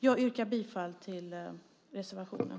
Jag yrkar bifall till reservationen.